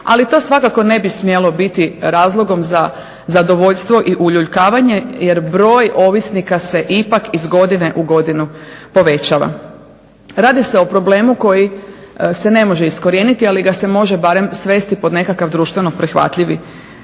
ali to svako ne bi smjelo biti razlogom za zadovoljstvo i uljuljkavanje jer broj ovisnika se ipak iz godine u godinu povećava. Radi se o problemu koji se ne može iskorijeniti, ali ga se može barem svesti pod nekakav društveno prihvatljivi